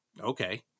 Okay